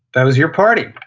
that was your party.